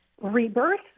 rebirth